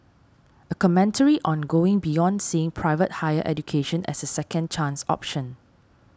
a commentary on going beyond seeing private higher education as a second chance option